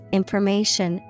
information